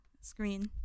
screen